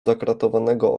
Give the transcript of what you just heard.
zakratowanego